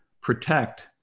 protect